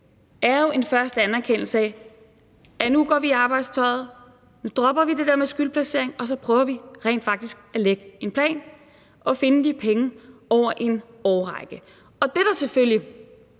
er en første anerkendelse af – at trække i arbejdstøjet og droppe det der med skyldplacering og så rent faktisk prøve at lægge en plan og finde de penge over en årrække. Og det, der selvfølgelig